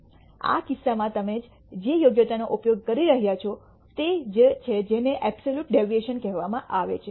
આ કિસ્સામાં તમે જે યોગ્યતાનો ઉપયોગ કરી રહ્યાં છો તે જ છે જેને અબ્સોલ્યૂટ ડેવિએશન કહેવામાં આવે છે